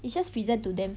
is just present to them